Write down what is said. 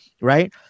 Right